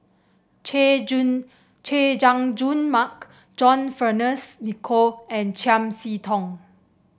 Chay Jun Chay Jung Jun Mark John Fearns Nicoll and Chiam See Tong